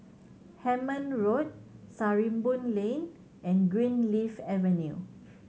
Hemmant Road Sarimbun Lane and Greenleaf Avenue